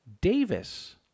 Davis